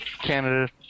Canada